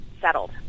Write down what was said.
settled